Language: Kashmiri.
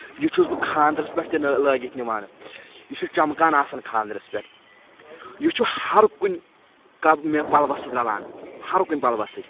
یہِ چھُس بہٕ خانٛدرس پٮ۪ٹھ تہِ لٲگِتھ نِوان یہِ چھُ چمکان آسان خانٛدرس پٮ۪ٹھ یہِ چھُ ہر کُنہِ کب مےٚ پلوَس سۭتۍ رلان ہر کُنہِ پلوَس سۭتۍ